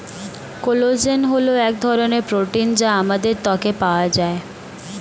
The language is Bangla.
কোলাজেন হল এক ধরনের প্রোটিন যা আমাদের ত্বকে পাওয়া যায়